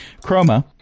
Chroma